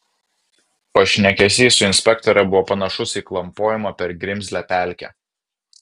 pašnekesys su inspektore buvo panašus į klampojimą per grimzlią pelkę